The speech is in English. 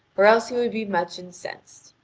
or else he would be much incensed.